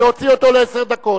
להוציא אותו לעשר דקות.